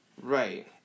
Right